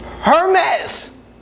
Hermes